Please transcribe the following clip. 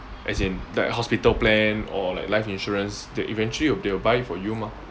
as in like hospital plan or like life insurance they eventually will they will buy it for you mah